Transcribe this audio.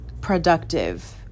productive